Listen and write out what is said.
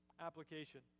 Application